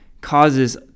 causes